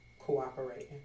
cooperating